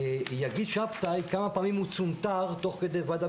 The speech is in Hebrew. יגיד שבתאי כמה פעמים הוא צונתר תוך כדי ועדה